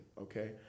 okay